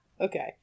Okay